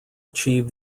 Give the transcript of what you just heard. achieve